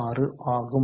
026 ஆகும்